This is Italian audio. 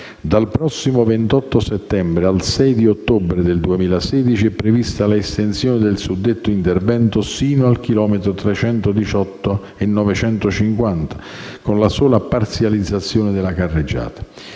Dal prossimo 28 settembre al 6 ottobre 2016, è prevista l'estensione del suddetto intervento sino al chilometro 318+950, con la sola parzializzazione della carreggiata.